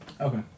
Okay